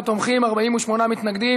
15 תומכים, 48 מתנגדים.